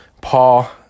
paul